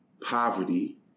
poverty